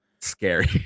scary